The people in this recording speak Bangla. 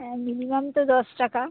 হ্যাঁ মিনিমাম তো দশ টাকা